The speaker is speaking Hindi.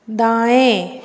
दाएं